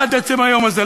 עד עצם היום הזה?